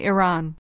Iran